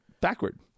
backward